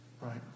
right